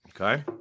Okay